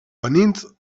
banintz